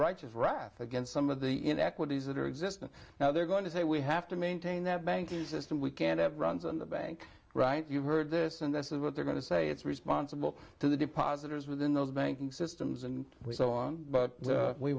righteous wrath against some of the inequities that are existing now they're going to say we have to maintain that banking system we can't runs on the banks right you've heard this and this is what they're going to say it's responsible to the depositors within the banking systems and so on but we